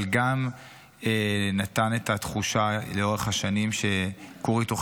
אבל לאורך השנים גם נתן את התחושה שכור היתוך